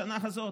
השנה הזאת,